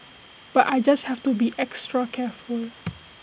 but I just have to be extra careful